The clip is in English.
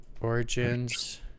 Origins